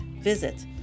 Visit